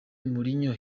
mourinho